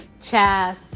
Chas